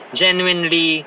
genuinely